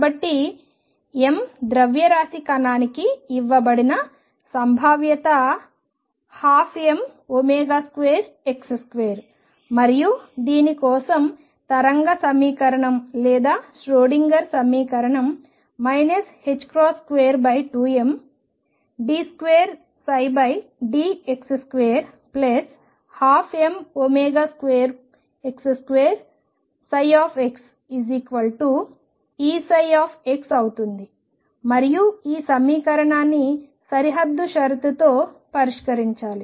కాబట్టి m ద్రవ్యరాశి కణానికి ఇవ్వబడిన సంభావ్యత 12m2x2 మరియు దీని కోసం తరంగ సమీకరణం లేదా ష్రోడింగర్ సమీకరణం 22md2dx2 12m2x2Eψ అవుతుంది మరియు ఈ సమీకరణాన్ని సరిహద్దు షరతు తో పరిష్కరించాలి